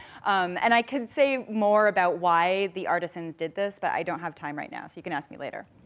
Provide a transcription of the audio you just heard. um and i could say more about why the artisan did this, but i don't have time right now, so you can ask me later.